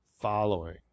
following